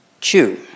chew